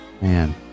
man